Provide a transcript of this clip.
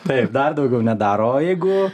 taip dar daugiau nedaro o jeigu